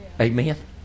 Amen